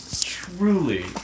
Truly